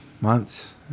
months